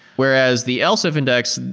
whereas the else if index,